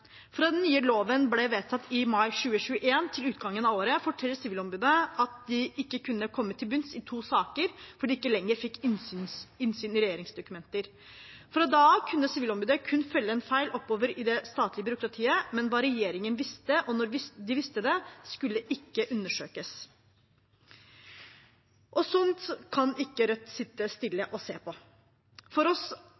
Fra den nye loven ble vedtatt i mai 2021 til utgangen av året, forteller Sivilombudet at de ikke kunne komme til bunns i to saker fordi de ikke lenger fikk innsyn i regjeringsdokumenter. Fra da av kunne Sivilombudet kun følge en feil oppover i det statlige byråkratiet, men hva regjeringen visste, og når de visste det, skulle ikke undersøkes. Sånt kan ikke Rødt sitte stille